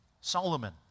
Solomon